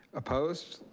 opposed?